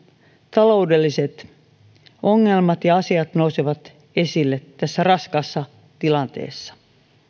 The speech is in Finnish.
taloudelliset ongelmat ja asiat nousevat esille tässä raskaassa tilanteessa